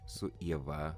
su ieva